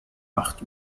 acht